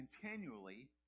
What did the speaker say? continually